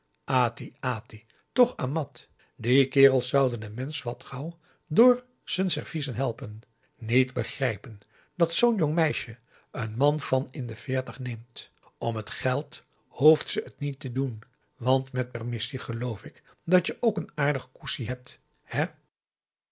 toch amat die kerels zouden n mensch wat gauw door z'n serviezen helpen niet begrijpen dat zoo'n jong meisje n man van in de veertig neemt om het geld hoeft ze het niet te doen want met permissie geloof ik dat je ook n aardig kousie hebt hè